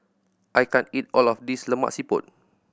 I can't eat all of this Lemak Siput